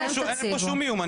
אין פה שום איום.